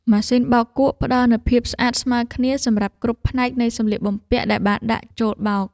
ម៉ាស៊ីនបោកគក់ផ្តល់នូវភាពស្អាតស្មើគ្នាសម្រាប់គ្រប់ផ្នែកនៃសម្លៀកបំពាក់ដែលបានដាក់ចូលបោក។